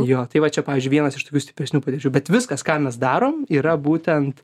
jo tai va čia pavyzdžiui vienas iš tokių stipresnių patirčių bet viskas ką mes darom yra būtent